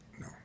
No